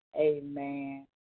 Amen